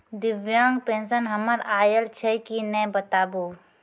दिव्यांग पेंशन हमर आयल छै कि नैय बताबू?